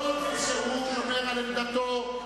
כל עוד הוא שומר על עמדתו,